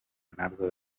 leonardo